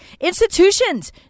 Institutions